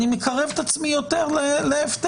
אני מקרב את עצמי יותר להפטר.